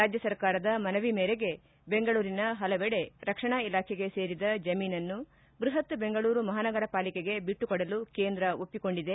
ರಾಜ್ಞ ಸರ್ಕಾರದ ಮನವಿ ಮೇರೆಗೆ ಬೆಂಗಳೂರಿನ ಹಲವೆಡೆ ರಕ್ಷಣಾ ಇಲಾಖೆಗೆ ಸೇರಿದ ಜಮೀನನ್ನು ಬೃಪತ್ ಬೆಂಗಳೂರು ಮಹಾನಗರ ಪಾಲಿಕೆಗೆ ಬಿಟ್ಟುಕೊಡಲು ಕೇಂದ್ರ ಒಪ್ಪಿಕೊಂಡಿದೆ